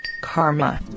karma